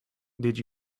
did